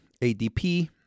ADP